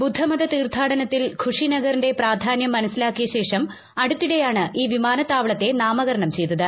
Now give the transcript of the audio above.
ബുദ്ധമത തീർത്ഥാടനത്തിൽ ഖുഷിനഗറിന്റെ പ്രാധാന്യം മനസ്സിലാക്കിയ ശേഷം അടുത്തിടെയാണ് ഈ വിമാനത്താവളത്തെ നാമകരണം ചെയ്തത്